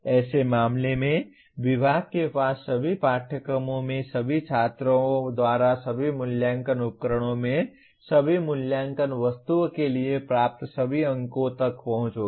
ऐसे मामले में विभाग के पास सभी पाठ्यक्रमों में सभी छात्रों द्वारा सभी मूल्यांकन उपकरणों में सभी मूल्यांकन वस्तुओं के लिए प्राप्त सभी अंकों तक पहुंच होगी